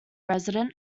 resident